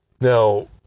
Now